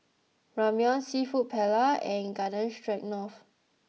Ramyeon Seafood Paella and Garden Stroganoff